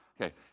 Okay